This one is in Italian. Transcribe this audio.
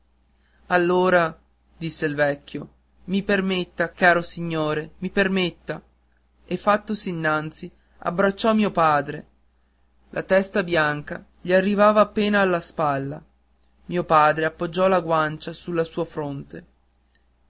allora disse il vecchio mi permetta caro signore mi permetta e fattosi innanzi abbracciò mio padre la sua testa bianca gli arrivava appena alla spalla mio padre appoggiò la guancia sulla sua fronte